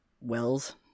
wells